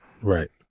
Right